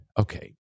okay